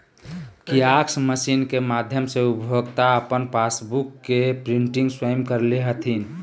kiosk machine के माध्यम से उपभोक्ता अपन पासबुक के प्रिंटिंग स्वयं कर ले हथिन